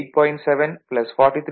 7 43